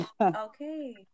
Okay